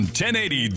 1080